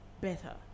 better